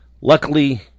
Luckily